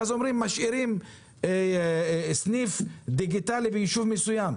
ואז אומרים שמשאירים סניף דיגיטלי ביישוב מסוים.